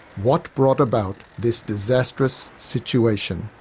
what brought about this disastrous situation?